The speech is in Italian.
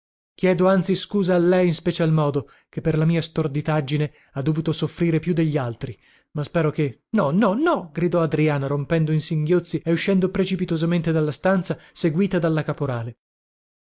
chiedo anzi scusa a lei in special modo che per la mia storditaggine ha dovuto soffrire più degli altri ma spero che no no no gridò adriana rompendo in singhiozzi e uscendo precipitosamente dalla stanza seguita dalla caporale